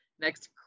next